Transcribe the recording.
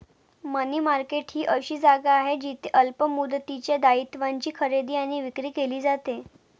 मनी market ही अशी जागा आहे जिथे अल्प मुदतीच्या दायित्वांची खरेदी आणि विक्री केली जाते